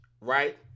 right